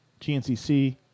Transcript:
GNCC